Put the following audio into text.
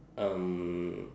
um